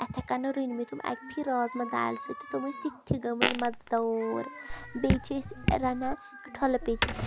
ایٚتھَے کَنٮ۪تھ رٔنۍ مےٚ تِم اَکہِ پھِرِ رازما دالہِ سۭتۍ تِم ٲسۍ تِتھۍ گٔمٕتۍ مَزٕدار بیٚیہِ چھِ أسۍ رَنان ٹھوٚلہٕ پیٚژ